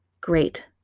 great